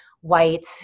white